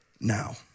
now